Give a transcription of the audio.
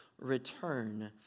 return